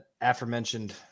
aforementioned